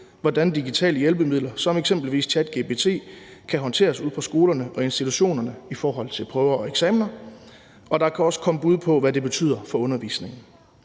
hvordan digitale hjælpemidler som eksempelvis ChatGPT kan håndteres ude på skolerne og institutionerne i forhold til prøver og eksamener, og der kan også komme bud på, hvad det betyder for undervisningen.